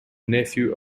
nephew